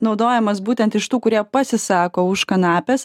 naudojamas būtent iš tų kurie pasisako už kanapes